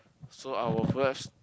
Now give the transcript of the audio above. so I will flash